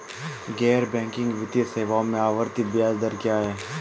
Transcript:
गैर बैंकिंग वित्तीय सेवाओं में आवर्ती ब्याज दर क्या है?